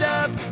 up